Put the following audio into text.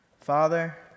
Father